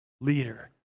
leader